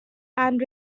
and